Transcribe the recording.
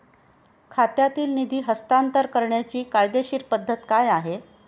खात्यातील निधी हस्तांतर करण्याची कायदेशीर पद्धत काय आहे?